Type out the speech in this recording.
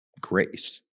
grace